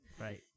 right